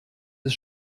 des